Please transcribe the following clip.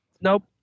Nope